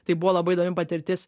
tai buvo labai įdomi patirtis